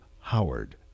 Howard